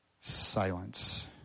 Silence